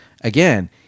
Again